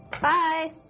bye